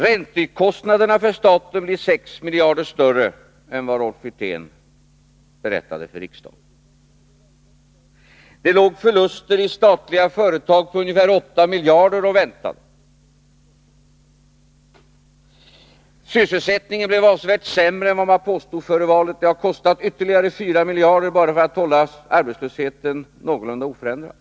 Räntekostnaderna för staten blir 6 miljarder större än vad Rolf Wirtén berättade för riksdagen. Det låg och väntade förluster i statliga företag på ungefär 8 miljarder. Sysselsättningen blev avsevärt sämre än vad man påstod före valet. Det har kostat ytterligare 4 miljarder bara att hålla arbetslösheten någorlunda oförändrad.